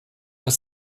ist